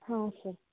ಹ್ಞೂ ಸರ್